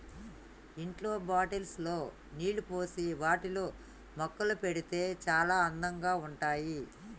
ఇంట్లో బాటిల్స్ లో నీళ్లు పోసి వాటిలో మొక్కలు పెడితే చాల అందంగా ఉన్నాయి